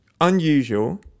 unusual